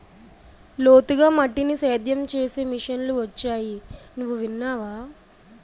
లోతుగా మట్టిని సేద్యం చేసే మిషన్లు వొచ్చాయి నువ్వు విన్నావా?